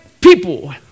people